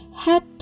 head